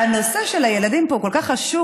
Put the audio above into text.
הנושא של הילדים פה הוא כל כך חשוב,